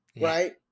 right